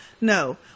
no